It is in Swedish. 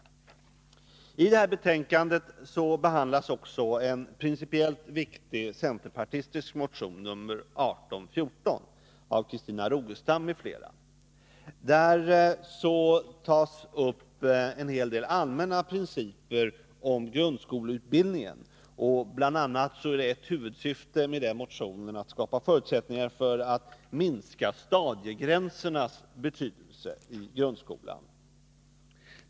I det föreliggande betänkandet behandlas också en principiellt viktig centerpartistisk motion, nr 1814, av Christina Rogestam m.fl. I motionen tas det upp en hel del allmänna principer om grundskoleutbildningen. Ett huvudsyfte med motionen är att bl.a. skapa förutsättningar för en minskning av stadiegränsernas betydelse i grundskolan.